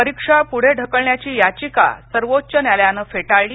परीक्षा पुढे ढकलण्याची याचिका सर्वोच्च न्यायालयानं फेटाळली